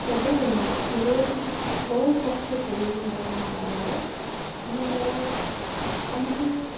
सबैभन्दा ठुलो सबल पक्ष चाहिँ मेरो आमा बाबा हो आमा बाबा आमाले